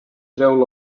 treu